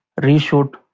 reshoot